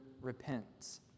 repents